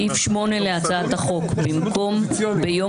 בסעיף 8 להצעת החוק, במקום "ביום